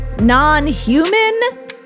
non-human